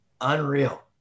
unreal